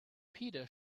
peter